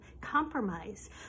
compromise